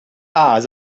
eyes